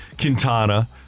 Quintana